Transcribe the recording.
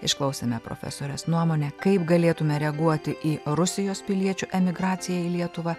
išklausėme profesorės nuomone kaip galėtume reaguoti į rusijos piliečių emigraciją į lietuvą